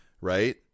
Right